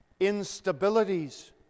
instabilities